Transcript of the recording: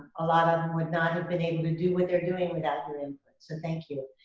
a lot of them would not have been able to do what they're doing without your input. so thank you.